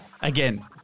again